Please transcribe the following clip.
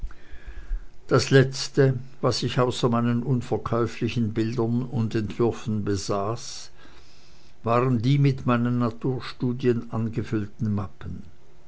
das letzte was ich außer meinen unverkäuflichen bildern und entwürfen besaß waren die mit meinen naturstudien angefüllten mappen